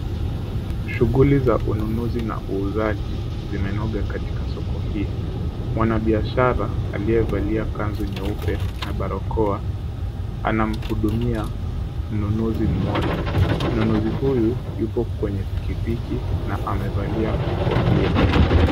Shughuli za ununuzi na uuzaji zimenoge katika soko hii. Mwanabiashara aliyevalia kanzu nyeupe na barakoa, anamhudumia mnunuzi mmoja. Mnunuzi huyu yupo kwenye pikipiki na amevalia kofia.